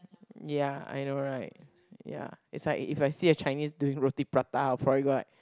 ya I know right ya it's like if I see a Chinese doing roti prata I'll probably go like